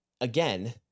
again